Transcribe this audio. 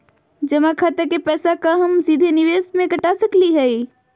जमा खाता के पैसा का हम सीधे निवेस में कटा सकली हई?